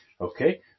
Okay